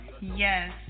Yes